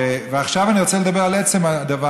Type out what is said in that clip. ועכשיו אני רוצה לדבר על עצם הדבר.